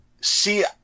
see